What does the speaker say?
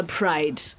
pride